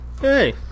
Hey